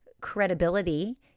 credibility